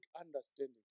understanding